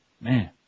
Man